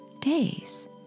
days